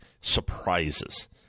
surprises